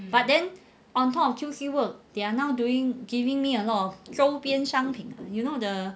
but then on top of Q_C work they are now doing giving me a lot of 周边商品 you know the